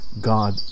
God